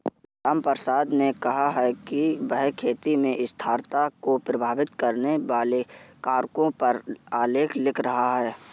रामप्रसाद ने कहा कि वह खेती में स्थिरता को प्रभावित करने वाले कारकों पर आलेख लिख रहा है